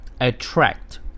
Attract